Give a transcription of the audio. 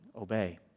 obey